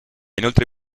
inoltre